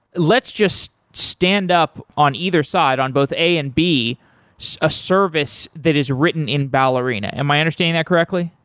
let's just stand up on either side on both a and b a service that is written in ballerina. am i understanding that correctly?